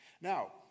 Now